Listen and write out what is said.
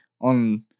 on